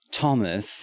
Thomas